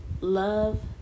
love